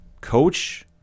Coach